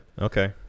Okay